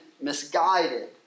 misguided